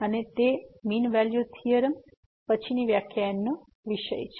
અને તે mean value theorem પછીના વ્યાખ્યાનનો વિષય છે